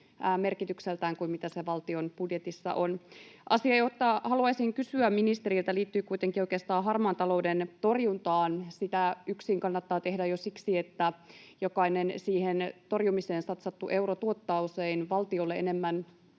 merkitykseltään suurempi kuin mitä se valtion budjetissa on. Asia, jota haluaisin kysyä ministeriltä, liittyy kuitenkin oikeastaan harmaan talouden torjuntaan. Sitä kannattaa tehdä yksin jo siksi, että jokainen siihen torjumiseen satsattu euro tuottaa usein valtiolle enemmän